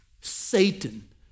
Satan